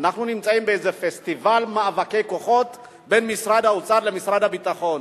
אנחנו נמצאים באיזה פסטיבל מאבקי כוחות בין משרד האוצר למשרד הביטחון.